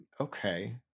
okay